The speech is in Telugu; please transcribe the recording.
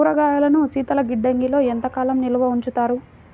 కూరగాయలను శీతలగిడ్డంగిలో ఎంత కాలం నిల్వ ఉంచుతారు?